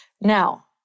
Now